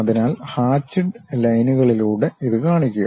അതിനാൽ ഹാചിഡ് ലൈനുകളിലൂടെ ഇത് കാണിക്കുക